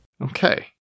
Okay